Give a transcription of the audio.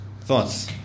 thoughts